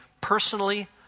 personally